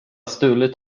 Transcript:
stulit